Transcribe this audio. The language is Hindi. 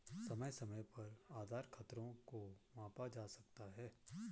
समय समय पर आधार खतरों को मापा जा सकता है